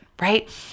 right